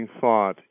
thought